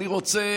אני רוצה